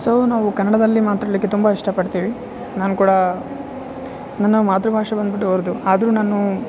so ನಾವು ಕನ್ನಡದಲ್ಲಿ ಮಾತಾಡಲಿಕ್ಕೆ ತುಂಬ ಇಷ್ಟ ಪಡ್ತೀವಿ ನಾನು ಕೂಡ ನನ್ನ ಮಾತೃಭಾಷೆ ಬಂದ್ಬಿಟ್ಟು ಉರ್ದು ಆದರು ನಾನು